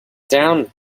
down